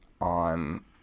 on